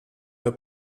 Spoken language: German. der